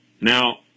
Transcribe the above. Now